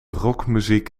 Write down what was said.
rockmuziek